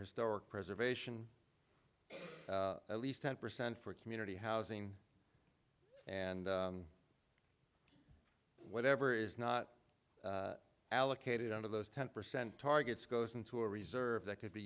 historic preservation at least ten percent for community housing and whatever is not allocated out of those ten percent targets goes into a reserve that could be